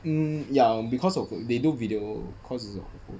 hmm ya because of they do video course also